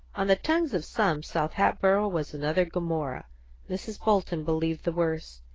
on the tongues of some, south hatboro' was another gomorrah mrs. bolton believed the worst,